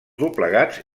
doblegats